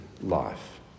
life